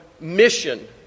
mission